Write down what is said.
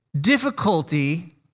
difficulty